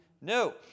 No